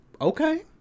Okay